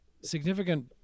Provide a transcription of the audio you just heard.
significant